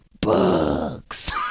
bugs